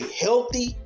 healthy